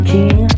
King